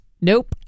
nope